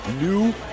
new